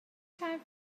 time